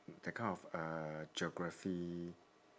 that kind of uh geography